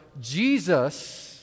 Jesus